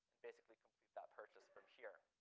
basically complete that purchase from here.